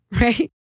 right